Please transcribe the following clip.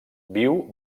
viu